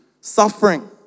suffering